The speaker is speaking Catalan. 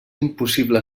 impossible